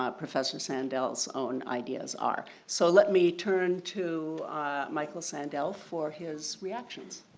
ah professor sandel's own ideas are. so let me turn to michael sandel for his reactions.